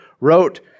wrote